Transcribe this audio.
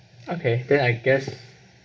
okay then I guess